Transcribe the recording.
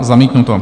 Zamítnuto.